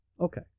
Okay